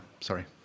sorry